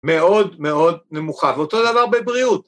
‫מאוד מאוד נמוכה, ואותו דבר בבריאות.